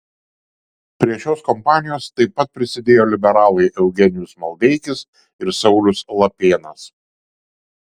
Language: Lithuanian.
prie šios kompanijos taip pat prisidėjo liberalai eugenijus maldeikis ir saulius lapėnas